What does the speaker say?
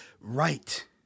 right